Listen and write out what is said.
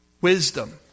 Wisdom